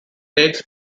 takes